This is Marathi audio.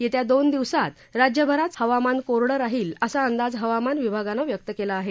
येत्या दोन दिवसात राज्यभरात हवामान कोरडं राहील असा अंदाज हवामान विभागानं व्यक्त केला आहे